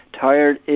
tired